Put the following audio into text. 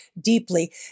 deeply